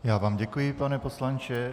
Já vám děkuji, pane poslanče.